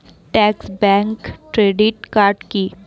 Trust bank credit card কি?